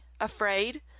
afraid